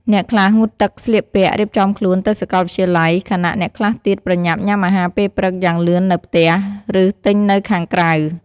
អ្នកខ្លះងូតទឹកស្លៀកពាក់ រៀបចំខ្លួនទៅសាកលវិទ្យាល័យ ខណៈអ្នកខ្លះទៀតប្រញាប់ញ៉ាំអាហារពេលព្រឹកយ៉ាងលឿននៅផ្ទះ ឬទិញនៅខាងក្រៅ។